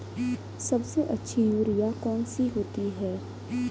सबसे अच्छी यूरिया कौन सी होती है?